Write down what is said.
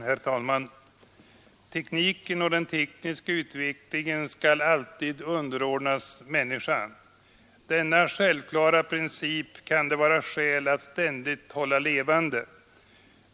Herr talman! Tekniken och den tekniska utvecklingen skall alltid underordnas människan. Denna självklara princip kan det vara skäl att ständigt hålla levande.